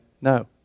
no